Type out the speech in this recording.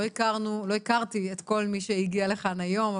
לא הכרתי את כל מי שהגיע לכאן היום,